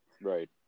Right